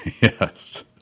Yes